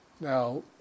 Now